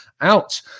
out